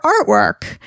artwork